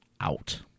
out